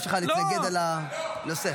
יש לך להתנגד לנושא.